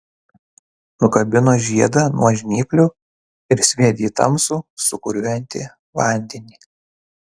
nukabino žiedą nuo žnyplių ir sviedė į tamsų sūkuriuojantį vandenį